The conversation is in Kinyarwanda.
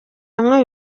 hamwe